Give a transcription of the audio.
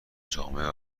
جامعه